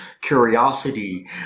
curiosity